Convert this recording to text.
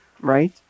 right